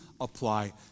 apply